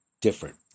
different